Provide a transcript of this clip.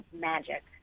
magic